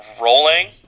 rolling